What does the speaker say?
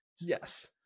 yes